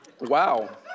Wow